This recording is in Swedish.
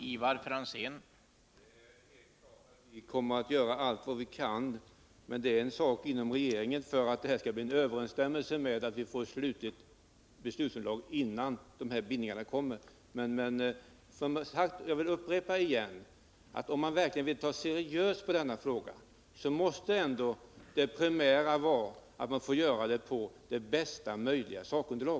Herr talman! Det är alldeles klart att vi — även om detta är en fråga för regeringen — kommer att göra allt vad vi kan för att se till att vi får ett slutligt beslutsunderlag innan bindningar görs. Jag upprepar igen: Om man verkligen tar seriöst på denna fråga, måste det primära vara att vi får fatta beslut på bästa möjliga sakunderlag.